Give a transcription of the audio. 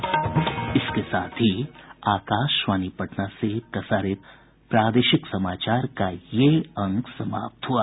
इसके साथ ही आकाशवाणी पटना से प्रसारित प्रादेशिक समाचार का ये अंक समाप्त हुआ